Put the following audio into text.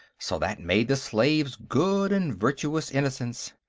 so that made the slaves good and virtuous innocents.